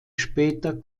später